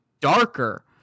darker